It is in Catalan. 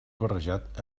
barrejat